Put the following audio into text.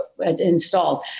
installed